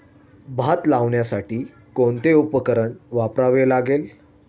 भात लावण्यासाठी कोणते उपकरण वापरावे लागेल?